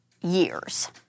years